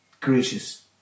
Gracious